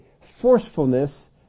forcefulness